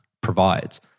provides